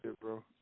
bro